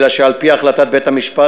אלא שעל-פי החלטת בית-המשפט,